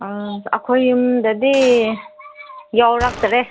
ꯑꯥ ꯑꯩꯈꯣꯏ ꯌꯨꯝꯗꯗꯤ ꯌꯥꯎꯔꯛꯇ꯭ꯔꯦ